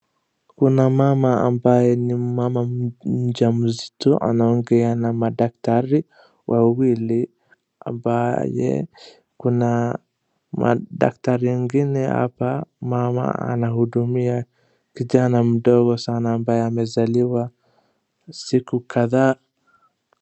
Kuna mama ambaye ni mama mjamzito anaongea na madaktari, wawili ambaye kuna madaktari ingine hapa mama anahudumia kijana mdogo sana ambaye amezaliwa siku kadhaa.